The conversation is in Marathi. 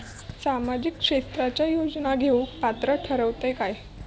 सामाजिक क्षेत्राच्या योजना घेवुक पात्र ठरतव काय?